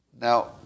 Now